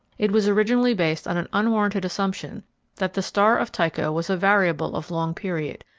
it was originally based on an unwarranted assumption that the star of tycho was a variable of long period,